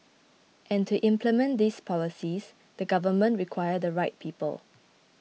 and to implement these policies the government require the right people